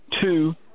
Two